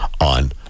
on